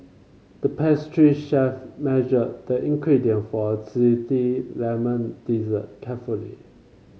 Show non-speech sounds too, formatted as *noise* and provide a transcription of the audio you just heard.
the pastry chef measured the ingredient for a *unintelligible* lemon dessert carefully